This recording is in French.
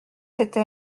cette